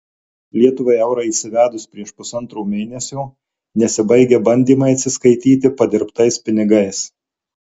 lietuvai eurą įsivedus prieš pusantro mėnesio nesibaigia bandymai atsiskaityti padirbtais pinigais